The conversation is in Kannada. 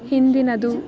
ಹಿಂದಿನದು